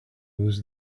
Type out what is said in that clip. was